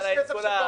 אתם,